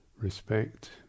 respect